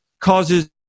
causes